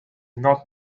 not